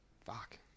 fuck